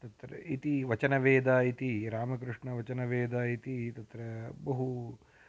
तत्र इति वचनवेदः इति रामकृष्णवचनवेदः इति तत्र बहु